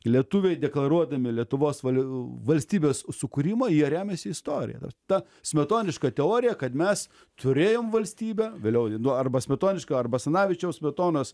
lietuviai deklaruodami lietuvos val valstybės sukūrimą jie remiasi istorija ta smetoniška teorija kad mes turėjom valstybę vėliau nu arba smetoniška ar basanavičiaus smetonos